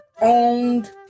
owned